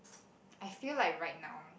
I feel like right now